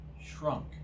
shrunk